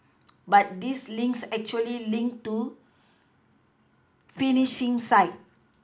but these links actually link to phishing sites